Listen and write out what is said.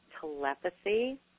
telepathy